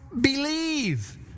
believe